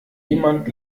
jemand